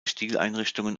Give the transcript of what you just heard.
stilrichtungen